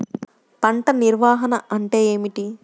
పంట నిర్వాహణ అంటే ఏమిటి?